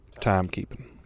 timekeeping